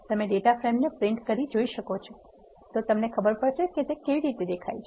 તમે ડેટા ફ્રેમને પ્રિન્ટ કરી જોઇ શકો છો ક તે કેવી દેખાય છે